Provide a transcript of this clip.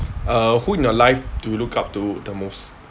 uh who in your life you look up to the most